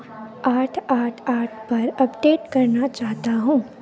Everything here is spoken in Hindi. आठ आठ आठ पर अपडेट करना चाहता हूँ